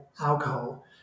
Alcohol